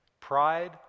Pride